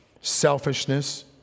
selfishness